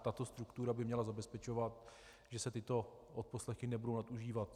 Tato struktura by měla zabezpečovat, že se tyto odposlechy nebudou nadužívat.